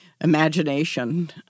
imagination